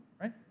right